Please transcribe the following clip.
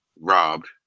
robbed